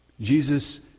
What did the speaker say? Jesus